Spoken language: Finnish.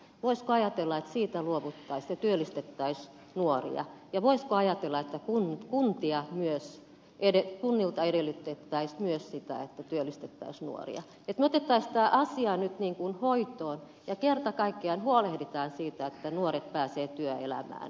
voisiko ajatella että siitä luovuttaisiin ja työllistettäisiin nuoria ja voisiko ajatella että kunnilta edellytettäisiin myös sitä että työllistettäisiin nuoria että me ottaisimme tämän asian nyt niin kuin hoitoon ja kerta kaikkiaan huolehdimme siitä että nuoret pääsevät työelämään